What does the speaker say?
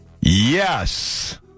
Yes